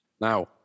Now